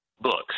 books